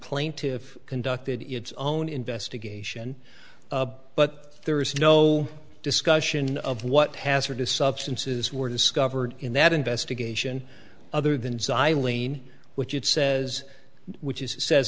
plaintiff conducted its own investigation but there is no discussion of what hazardous substances were discovered in that investigation other than xylene which it says which is says